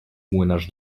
młynarz